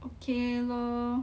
okay lor